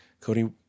Cody